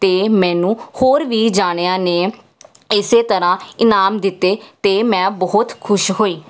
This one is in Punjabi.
ਅਤੇ ਮੈਨੂੰ ਹੋਰ ਵੀ ਜਣਿਆ ਨੇ ਇਸੇ ਤਰ੍ਹਾਂ ਇਨਾਮ ਦਿੱਤੇ ਅਤੇ ਮੈਂ ਬਹੁਤ ਖੁਸ਼ ਹੋਈ